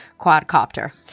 quadcopter